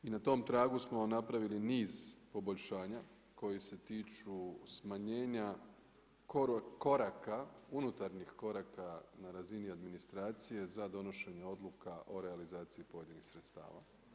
I na tom tragu smo napravili niz poboljšanja koji se tiču smanjenja koraka unutarnjih koraka na razini administracije za donošenje odluka o realizaciji pojedinih sredstava.